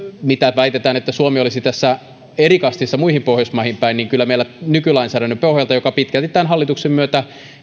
kun väitetään että suomi olisi tässä eri kastissa muihin pohjoismaihin nähden niin kyllä meillä nykylainsäädännön pohjalta joka pitkälti tämän hallituksen myötä